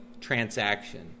transaction